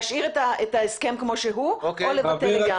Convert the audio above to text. להשאיר את ההסכם כמו שהוא או לבטל לגמרי.